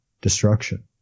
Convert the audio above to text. destruction